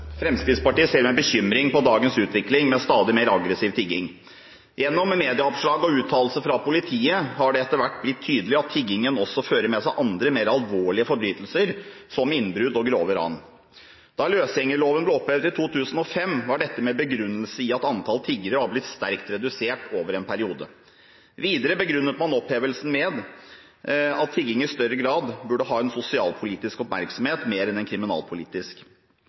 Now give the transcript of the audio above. Fremskrittspartiet ser med bekymring på dagens utvikling av stadig mer aggressiv tigging. Gjennom medieoppslag og uttalelser fra politiet har det etter hvert blitt tydelig at tiggingen også fører med seg andre, mer alvorlige, forbrytelser, som innbrudd og grove ran. Da løsgjengerloven ble opphevet i 2005, var det med begrunnelse i at antall tiggere var blitt sterkt redusert over en periode. Videre begrunnet man opphevelsen med at tigging i større grad burde ha en sosialpolitisk oppmerksomhet mer enn en kriminalpolitisk.